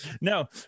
No